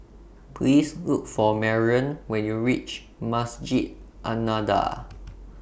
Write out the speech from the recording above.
Please Look For Marion when YOU REACH Masjid An Nahdhah